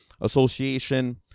Association